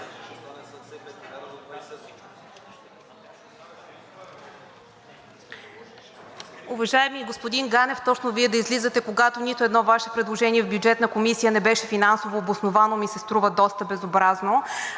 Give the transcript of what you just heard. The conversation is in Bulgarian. Уважаеми господин Ганев, точно Вие да излизате, когато нито едно Ваше предложение в Бюджетната комисия не беше финансово обосновано, ми се струва доста безобразно.